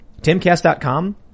TimCast.com